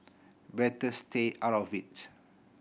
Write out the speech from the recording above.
better stay out of it